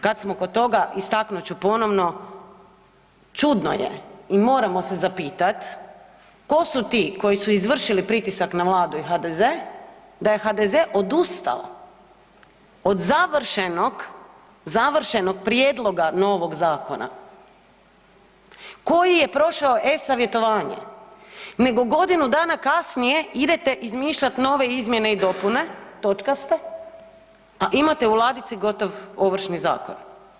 Kad smo kod toga istaknut ću ponovno čudno je i moramo se zapitati tko su ti koji su izvršili pritisak na Vladu i HDZ da je HDZ odustao od završenog, završenog prijedloga novog zakona koji je prošao e-savjetovanje, nego godinu dana kasnije idete izmišljati nove izmjene i dopune, točkaste, a imate u ladici gotov Ovršni zakon.